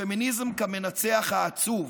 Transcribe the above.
הפמיניזם כמנצח העצוב.